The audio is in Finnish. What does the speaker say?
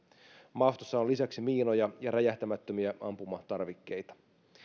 maastossa on lisäksi miinoja ja räjähtämättömiä ampumatarvikkeita